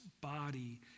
body